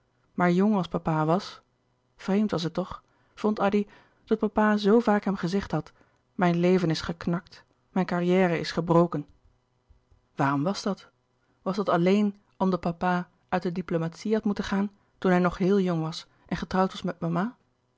maar jong als papa was vreemd was het toch vond addy dat papa zoo vaak hem gezegd had mijn leven is geknakt mijn carrière is gebroken waarom was dat was dat alleen omdat papa uit de diplomatie had moeten gaan toen hij nog heel jong was en getrouwd was met mama